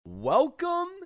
Welcome